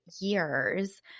years